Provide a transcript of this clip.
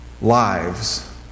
lives